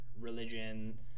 religion